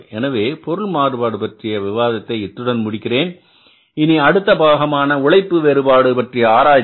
எனவே பொருள் மாறுபாடு பற்றிய விவாதத்தை இத்துடன் முடிக்கிறேன் இனி அடுத்த பாகமான உழைப்பு வேறுபாடு பற்றிய ஆராய்ச்சி